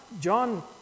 John